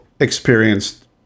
experienced